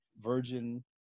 virgin